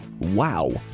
wow